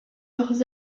leurs